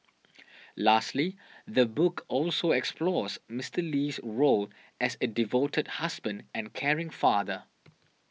lastly the book also explores Mister Lee's role as a devoted husband and caring father